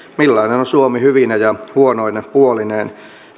millainen on suomi hyvine ja huonoine puolineen